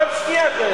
תקרא פעם שנייה.